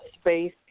space